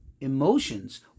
emotions